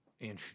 Andrew